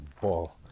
ball